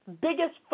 biggest